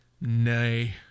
Nay